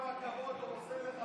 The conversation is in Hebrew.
תראה כמה כבוד הוא עושה לך,